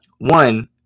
One